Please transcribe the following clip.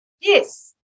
Yes